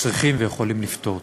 צריכים ויכולים לפתור.